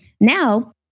now